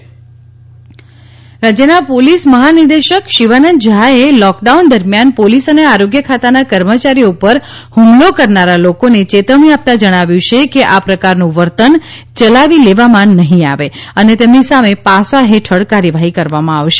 શિવાનંદ ઝા રાજ્યના પોલીસ મહા નિદેશક શિવાનંદ ઝાએ લોકડાઉન દરમિયાન પોલીસ અને આરોગ્ય ખાતાના કર્મચારીઓ પર હ્મલો કરનારા લોકોને ચેતવણી આપતા જણાવ્યું છે કે આ પ્રકારનું વર્તન ચલાવી લવામાં નહી આવે અને તેમની સામે પાસા હેઠળ કાર્યવાહી કરવામાં આવશે